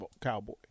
cowboy